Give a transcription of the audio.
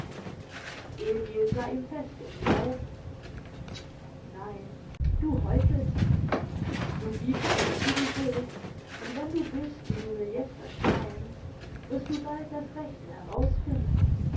emil sah ihm fest in die augen nein du heuchelst nicht du giebst dich wie du bist und wenn du bist wie du mir jetzt erscheinst wirst du bald das rechte herausfinden